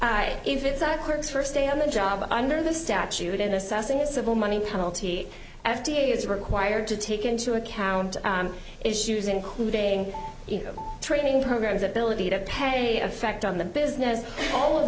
first if it's a quirk first day on the job under the statute in assessing a civil money penalty f d a is required to take into account issues including training programs ability to pay effect on the business all of